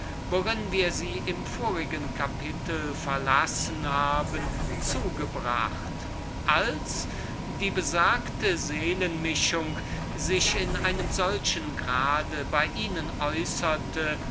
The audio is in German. worin wir sie im vorigen kapitel verlassen haben zugebracht als diese seelenmischung sich in einem solchen grade bei ihnen